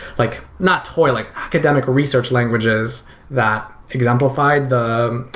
like not toy, like academic research languages that exemplified the